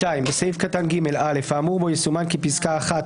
(2)בסעיף קטן (ג) (א)האמור בו יסומן כפסקה (1),